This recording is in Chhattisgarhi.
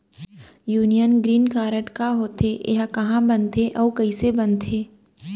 यूनियन ग्रीन कारड का होथे, एहा कहाँ बनथे अऊ कइसे बनथे?